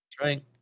Right